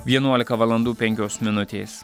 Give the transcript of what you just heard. vienuolika valandų penkios minutės